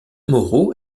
moreau